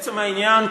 לעצם העניין,